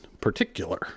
particular